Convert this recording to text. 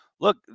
look